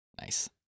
Nice